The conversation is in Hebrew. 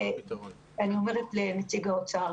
אני אומרת לנציג האוצר,